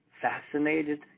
fascinated